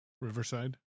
Riverside